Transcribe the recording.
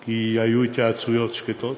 כי היו התייעצויות שקטות,